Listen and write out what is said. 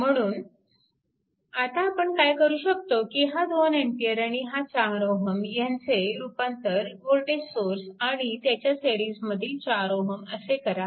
म्हणून आता आपण काय करू शकतो की हा 2A आणि हा 4Ω ह्याचे रूपांतर वोल्टेज सोर्स आणि त्याच्या सिरीजमधील 4Ω असे करा